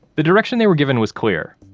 the direction they were given was clear,